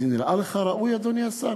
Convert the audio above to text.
זה נראה לך ראוי, אדוני השר?